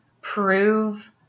prove